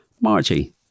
Margie